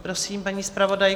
Prosím, paní zpravodajko.